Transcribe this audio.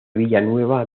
villanueva